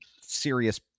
serious